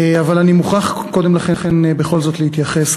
אבל אני מוכרח קודם לכן בכל זאת להתייחס,